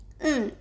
mm